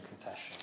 confession